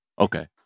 Okay